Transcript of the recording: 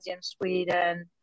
Sweden